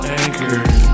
anchored